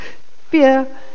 fear